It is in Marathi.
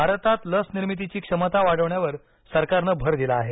भारतात लस निर्मितीची क्षमता वाढवण्यावर सरकारनं भर दिला आहे